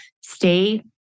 stay